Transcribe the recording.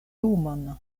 lumon